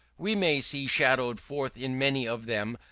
we may see shadowed forth in many of them,